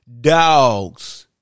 dogs